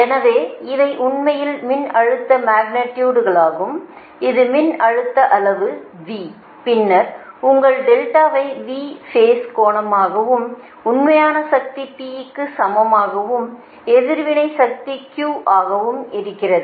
எனவே இவை உண்மையில் மின்னழுத்த மக்னிடியுடு களாகும் இது மின்னழுத்த அளவு V பின்னர் உங்கள் டெல்டாவை V பேஸ் கோணமாகவும் உண்மையான சக்தி P க்கு சமமாகவும் எதிர்வினை சக்தி Q ஆகவும் இருக்கிறது